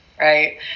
right